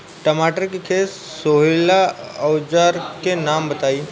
टमाटर के खेत सोहेला औजर के नाम बताई?